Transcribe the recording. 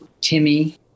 Timmy